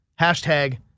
Hashtag